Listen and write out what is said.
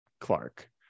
clark